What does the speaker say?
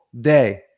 day